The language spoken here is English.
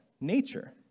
nature